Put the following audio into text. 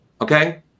okay